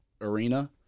arena